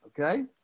okay